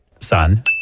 son